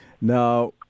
Now